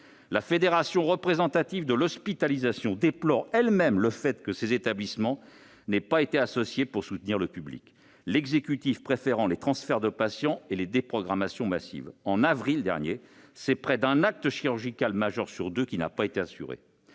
La fédération représentative de l'hospitalisation elle-même déplore que ces établissements n'aient pas été associés pour soutenir le public, l'exécutif préférant les transferts de patients et les déprogrammations massives. En avril dernier, c'est près d'un acte chirurgical majeur sur deux qui n'a pas été assuré.